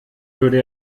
würde